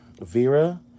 vera